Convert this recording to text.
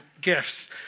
gifts